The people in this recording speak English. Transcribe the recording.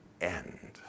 end